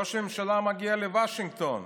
ראש הממשלה מגיע לוושינגטון.